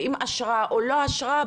עם או בלי אשרה.